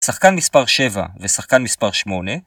שחקן מספר 7 ושחקן מספר 8